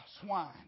swine